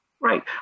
Right